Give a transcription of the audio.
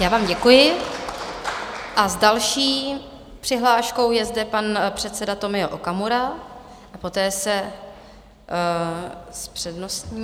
Já vám děkuji a s další přihláškou je zde pan předseda Tomio Okamura, poté se s přednostním...